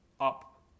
up